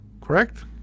correct